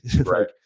Right